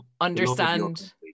Understand